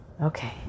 Okay